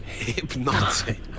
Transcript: Hypnotic